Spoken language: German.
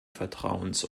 vertrauens